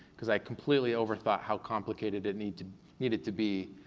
cause i completely overthought how complicated it needed to needed to be.